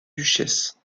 duchesse